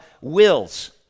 wills